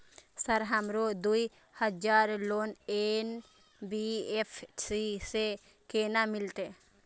Sir हमरो दूय हजार लोन एन.बी.एफ.सी से केना मिलते?